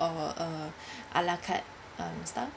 or uh ala carte um style